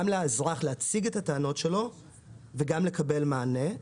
גם לאזרח להציג את הטענות שלו וגם לקבל מענה.